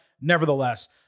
nevertheless